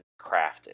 crafted